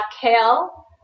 kale